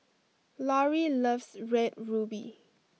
Lorrie loves red ruby